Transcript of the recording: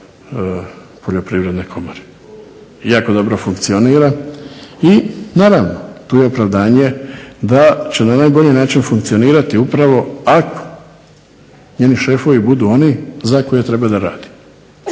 Poljoprivredne komore i jako dobro funkcionira. I naravno, tu je opravdanje da će na najbolji način funkcionirati upravo ako njeni šefovi budu oni za koje treba da radi.